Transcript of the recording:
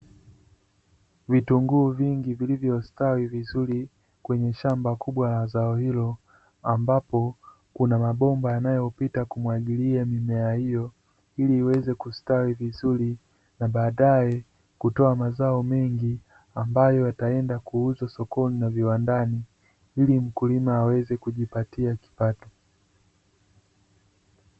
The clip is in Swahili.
Vitunguu vingi vilivyostawi vizuri, kwneye shamba kubwa la zao hilo. Ambapo kuna mabomba yanayopita kumwagilia mimea hiyo, ili iweze kustawi vizuri na baadaye kutoa mazao mengi. Ambayo yataenda kuuzwa sokoni na viwandani, ili mkulima aweze kujipatia kipato.